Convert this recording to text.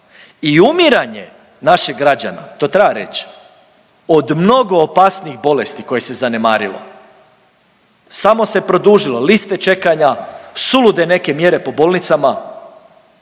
i umiranje naših građana, to treba reći, od mnogo opasnijih bolesti koje se zanemarilo, samo se produžilo liste čekanja, sulude neke mjere po bolnicama,